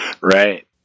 Right